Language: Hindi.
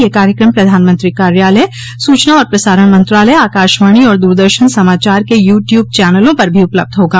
यह कार्यक्रम प्रधानमंत्री कार्यालय सूचना और प्रसारण मंत्रालय आकाशवाणी और दूरदर्शन समाचार के यू ट्यूब चैनलों पर भी उपलब्ध होगा